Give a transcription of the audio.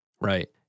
Right